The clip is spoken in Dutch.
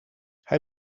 hij